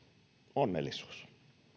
onnellisuus